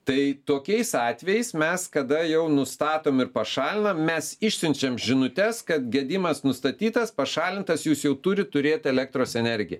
tai tokiais atvejais mes kada jau nustatom ir pašalinam mes išsiunčiam žinutes kad gedimas nustatytas pašalintas jūs jau turit turėti elektros energiją